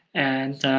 and